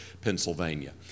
Pennsylvania